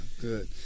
good